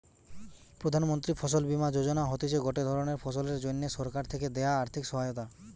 প্রধান মন্ত্রী ফসল বীমা যোজনা হতিছে গটে ধরণের ফসলের জন্যে সরকার থেকে দেয়া আর্থিক সহায়তা